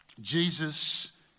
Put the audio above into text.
Jesus